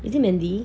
is it mandy